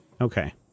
Okay